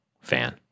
fan